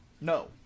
No